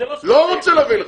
לא רוצה להביא לך.